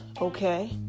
okay